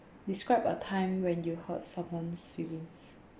describe a time when you hurt someone's feelings